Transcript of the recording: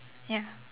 ya